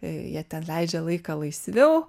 jie ten leidžia laiką laisviau